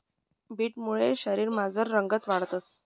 बीटमुये शरीरमझार रगत वाढंस